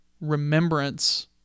remembrance